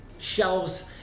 shelves